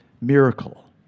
miracle